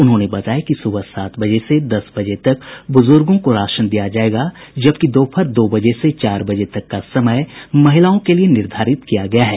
उन्होंने बताया कि सुबह सात बजे से दस बजे तक बुजुर्गों को राशन दिया जायेगा जबकि दोपहर दो बजे से चार बजे तक का समय महिलाओं के लिए निर्धारित किया गया है